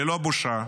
ללא בושה,